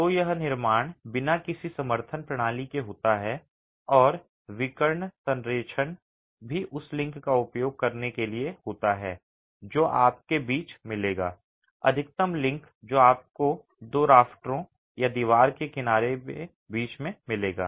तो यह निर्माण बिना किसी समर्थन प्रणाली के होता है और विकर्ण संरेखण भी उस लिंक का उपयोग करने के लिए होता है जो आपके बीच मिलेगा अधिकतम लिंक जो आपको दो राफ्टरों या दीवार के किनारे के बीच में मिलेगा